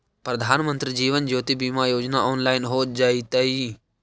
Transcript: प्रधानमंत्री जीवन ज्योति बीमा योजना ऑनलाइन हो जइतइ